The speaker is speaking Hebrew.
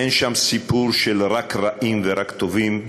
אין שם סיפור של רק רעים ורק טובים.